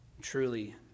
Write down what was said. truly